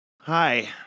hi